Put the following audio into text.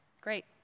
great